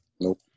Nope